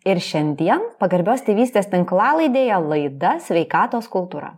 ir šiandien pagarbios tėvystės tinklalaidėje laida sveikatos kultūra